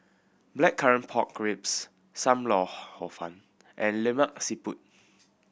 Blackcurrant Pork Ribs Sam Lau Hor Fun and Lemak Siput